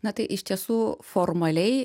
na tai iš tiesų formaliai